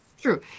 true